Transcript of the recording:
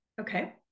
okay